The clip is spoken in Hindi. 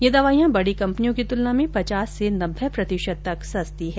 ये दवाइयां बड़ी कंपनियों की तुलना में पचास से नब्बे प्रतिशत तक सस्ती हैं